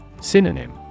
Synonym